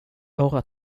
bara